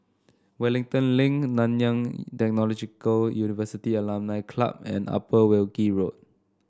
Wellington Link Nanyang Technological University Alumni Club and Upper Wilkie Road